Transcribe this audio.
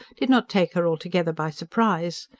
did not take her altogether by surprise.